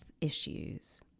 issues